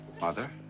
Mother